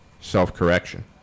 self-correction